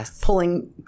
pulling